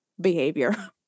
behavior